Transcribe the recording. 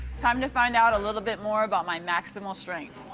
time to find out a little bit more about my maximal strength.